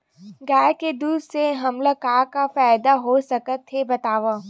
गाय के दूध से हमला का का फ़ायदा हो सकत हे बतावव?